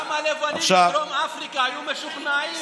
גם הלבנים בדרום אפריקה היו משוכנעים,